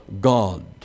God